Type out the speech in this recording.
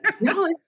No